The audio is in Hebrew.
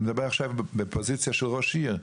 אני מדבר עכשיו בפוזיציה של ראש עיר.